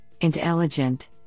Intelligent